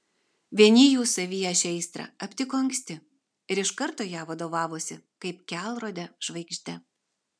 vieni jų savyje šią aistrą aptiko anksti ir iš karto ja vadovavosi kaip kelrode žvaigžde